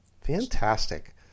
fantastic